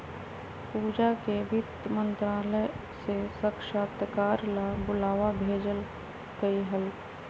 पूजा के वित्त मंत्रालय से साक्षात्कार ला बुलावा भेजल कई हल